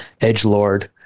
edgelord